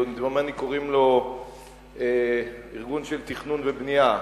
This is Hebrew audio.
דומני קוראים לו ארגון של תכנון ובנייה,